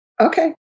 Okay